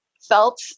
felt